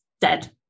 dead